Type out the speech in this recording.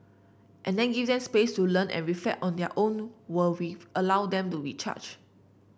and then give them space to learn and reflect on their own were we allow them to recharge